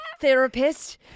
therapist